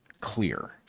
clear